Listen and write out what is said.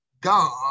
God